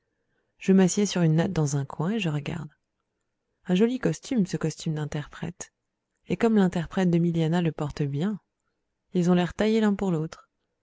je m'assieds sur une natte dans un coin et je regarde un joli costume ce costume d'interprète et comme l'interprète de milianah le porte bien ils ont l'air taillés l'un pour l'autre